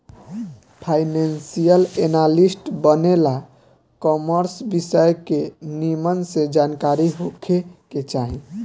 financial analyst बने ला commerce विषय के निमन से जानकारी होखे के चाही